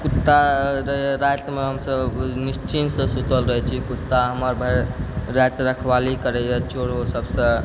कुत्ता रातिमे हमसभ निश्चिन्तसँ सुतल रहै छी कुत्ता हमर भरि राति रखवाली करैए चोर वोर सबसँ ई